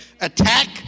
attack